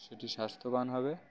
সেটি স্বাস্থ্যবান হবে